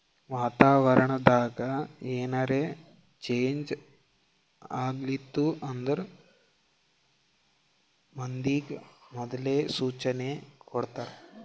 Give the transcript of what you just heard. ವಾತಾವರಣ್ ದಾಗ್ ಏನರೆ ಚೇಂಜ್ ಆಗ್ಲತಿತ್ತು ಅಂದ್ರ ಮಂದಿಗ್ ಮೊದ್ಲೇ ಸೂಚನೆ ಕೊಡ್ತಾರ್